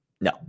No